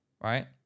Right